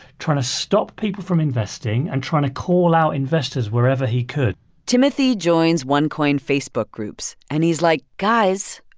trying to stop people from investing and trying to call out investors wherever he could timothy joins onecoin facebook groups. and he's like, guys,